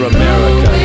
America